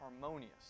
harmonious